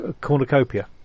cornucopia